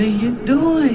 ah you doing. ah.